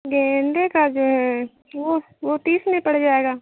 गेंदे का जो है वह वह तीस तीस में पड़ जाएगा